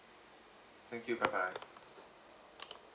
thank you bye bye